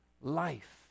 life